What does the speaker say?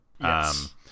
Yes